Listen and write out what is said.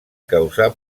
causar